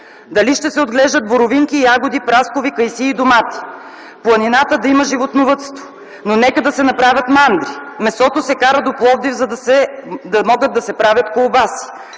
дали ще се отглеждат боровинки, ягоди, праскови, кайсии, домати. В планината да има животновъдство, но нека да се направят мандри. Месото се кара до Пловдив, за да могат да се правят колбаси.